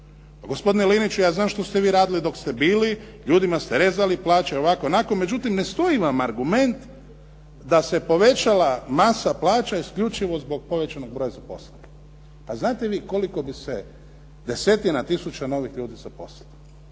pa gospodine Liniću, ja znam što ste vi radili dok ste bili, ljudima ste rezali plaće, ovako onako, međutim ne stoji vam argument da se povećala masa plaća isključivo zbog povećanog broja zaposlenih. A znate vi koliko bi se desetina tisuća novih ljudi zaposlilo?